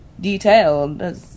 detailed